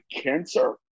cancer